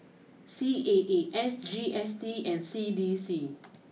C A A S G S T and C D C